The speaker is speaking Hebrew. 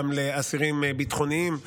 גם לאסירים ביטחוניים ועוד,